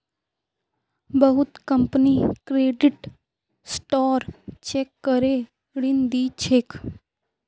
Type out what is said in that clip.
बहुत company credit score check करे ऋण दी छेक